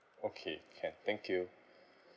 okay can thank you